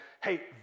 hey